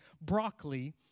broccoli